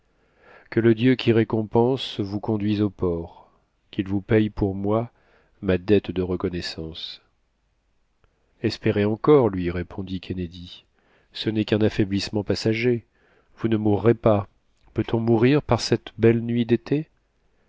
que le dieu qui récompense vous conduise au port qu'il vous paye pour moi ma dette de reconnaissance espérez encore lui répondit kennedy ce n'est qu'un affaiblissement passager vous ne mourrez pas peut-on mourir par cette belle nuit d'été